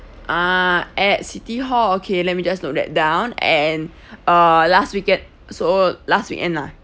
ah at city hall okay let me just note that down and uh last week at so last weekend lah